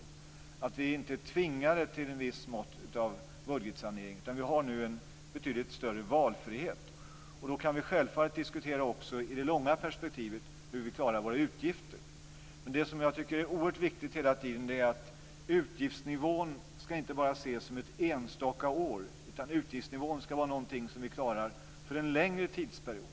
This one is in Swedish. Vi är alltså inte tvingade till ett visst mått av budgetsanering, utan vi har nu en betydligt större valfrihet. Då kan vi självfallet också diskutera hur vi klarar våra utgifter i det långa perspektivet. Det som jag hela tiden tycker är oerhört viktigt är att utgiftsnivån inte bara ska ses för ett enstaka år, utan skall vara någonting som vi klarar för en längre tidsperiod.